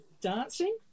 Dancing